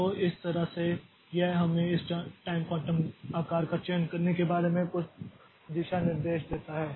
तो इस तरह से यह हमें इस टाइम क्वांटम आकार का चयन करने के बारे में कुछ दिशानिर्देश देता है